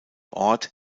ort